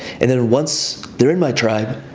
and then once they're in my tribe,